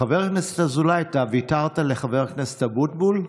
חבר הכנסת אזולאי, אתה ויתרת לחבר הכנסת אבוטבול?